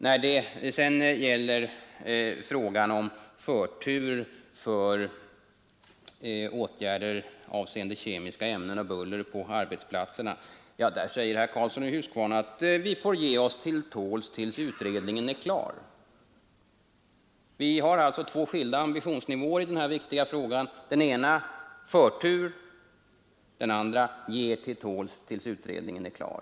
När det sedan gäller frågan om förtur för åtgärder avseende kemiska ämnen och buller på arbetsplatserna säger herr Karlsson i Huskvarna: Vi får ge oss till tåls tills utredningen är klar. Det finns alltså två skilda ambitionsnivåer i den här viktiga frågan. Den ena innebär att man skall ge förtur, den andra att man skall ge sig till tåls tills utredningen är klar.